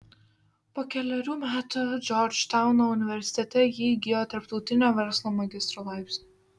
po kelerių metų džordžtauno universitete ji įgijo tarptautinio verslo magistro laipsnį